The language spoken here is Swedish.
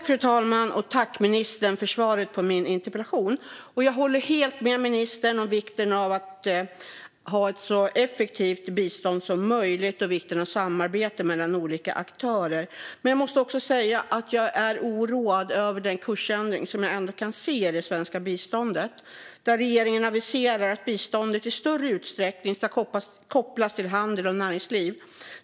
Fru talman! Tack, ministern, för svaret på min interpellation! Jag håller helt med ministern om vikten av att ha ett så effektivt bistånd som möjligt och vikten av samarbete mellan olika aktörer. Men jag måste också säga att jag är oroad över den kursändring som jag ändå kan se i det svenska biståndet, där regeringen aviserar att biståndet i större utsträckning ska kopplas till handel och näringsliv.